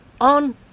on